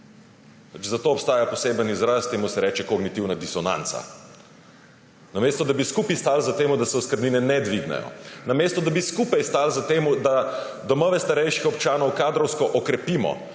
Za to obstaja poseben izraz, temu se reče kognitivna disonanca. Namesto, da bi skupaj stali za tem, da se oskrbnine ne dvignejo, namesto da bi skupaj stali za tem, da domove starejših občanov kadrovsko okrepimo,